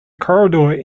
corridor